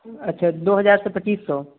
अच्छा दो हजार से पच्चीस सौ